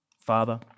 Father